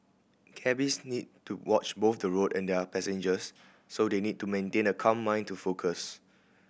cabbies need to watch both the road and their passengers so they need to maintain a calm mind to focus